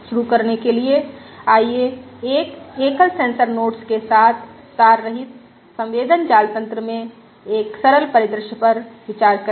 शुरू करने के लिए आइए एक एकल सेंसर नोड के साथ तार रहित संवेदन जाल तन्त्र में एक सरल परिदृश्य पर विचार करें